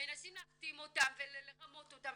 מנסים להחתים אותם ולרמות אותם,